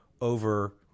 over